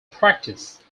practice